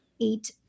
eight